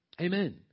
Amen